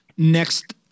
next